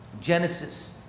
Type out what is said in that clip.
Genesis